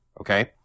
Okay